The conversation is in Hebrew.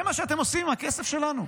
זה מה שאתם עושים עם הכסף שלנו?